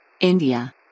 India